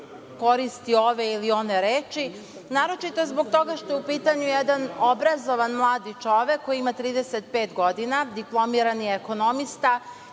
koristi ove ili one reči, naročito zbog toga što je u pitanju jedan obrazovani mladi čovek, koji ima 35 godina, diplomirani ekonomista